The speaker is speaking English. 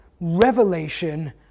revelation